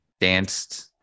danced